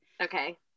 okay